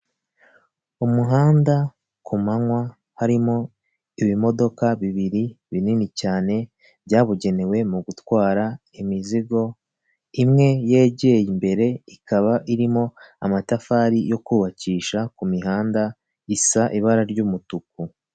Umuhanda ku manywa harimo ibimodoka bibiri binini cyane byabugenewe mu gutwara imizigo imwe yegeye imbere ikaba irimo amatafari yo kubakisha ku mihanda isa ibara ry'umutuku.